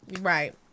Right